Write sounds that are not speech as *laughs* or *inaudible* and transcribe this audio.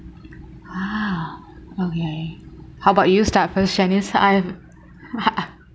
ah okay how about you start first shanice I have *laughs*